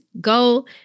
go